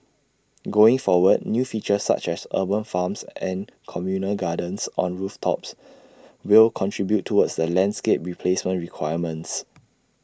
going forward new features such as urban farms and communal gardens on rooftops will contribute towards the landscape replacement requirements